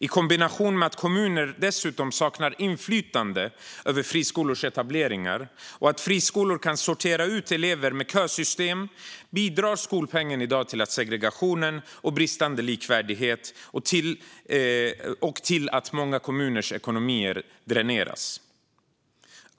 I kombination med att kommuner dessutom saknar inflytande över friskolors etableringar och att friskolor kan sortera ut elever med kösystem bidrar skolpengen i dag till segregation och bristande likvärdighet och till att många kommuners ekonomi dräneras.